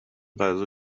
غذا